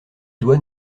doit